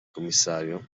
commissario